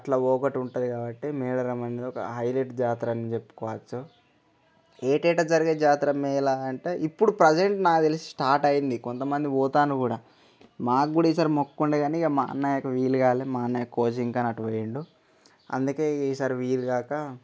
అట్ల ఒకటి ఉంటుంది కాబట్టి మేడారం అనేది ఒక హైలెట్ జాతర అని చెప్పుకోవచ్చు ఏటా జరిగే జాతర మేళ అంటే ఇప్పుడు ప్రెసెంట్ నాకు తెలిసి స్టార్ట్ అయింది కొంతమంది పోతాన్రు కూడా మాకు కూడా మొక్కు ఉం కానీ మా అన్నయ్యకు వీలుకాలేదు మా అన్నయ్య కోచింగ్ కని అటుపోయిండు అందుకే ఈసారి వీలుగాక